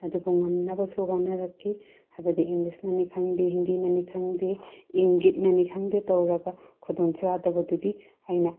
ꯑꯗꯨꯕꯨ ꯉꯝꯅꯕꯁꯨ ꯍꯣꯠꯅꯔꯛꯈꯤ ꯍꯥꯏꯕꯗꯤ ꯏꯪꯂꯤꯁꯅꯅꯤ ꯈꯪꯗꯦ ꯍꯤꯟꯗꯤꯅꯅꯤ ꯈꯪꯗꯦ ꯏꯪꯒꯤꯠꯅꯅꯤ ꯈꯪꯗꯦ ꯇꯧꯔꯒ ꯈꯨꯗꯣꯡꯆꯥꯗꯕꯗꯨꯒꯤ ꯑꯩꯅ